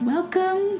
Welcome